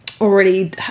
already